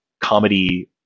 comedy